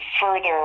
further